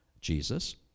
Jesus